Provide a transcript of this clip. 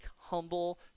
humble